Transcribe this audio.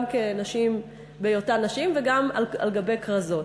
גם כנשים בהיותן נשים וגם על גבי כרזות.